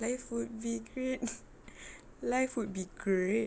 life would be great life would be great